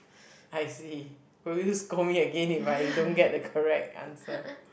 I see will you scold me again if I don't get the correct answer